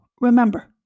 remember